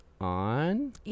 on